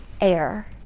air